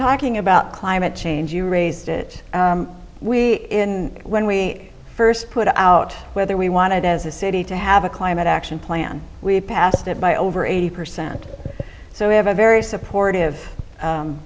talking about climate change you raise we in when we first put out whether we wanted as a city to have a climate action plan we passed it by over eighty percent so we have a very supportive